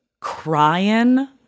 crying